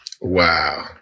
Wow